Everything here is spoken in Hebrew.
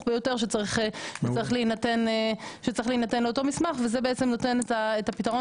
ביותר שצריך להינתן לאותו מסמך וזה בעצם נותן את הפתרון